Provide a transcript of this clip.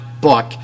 book